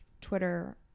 Twitter